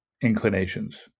inclinations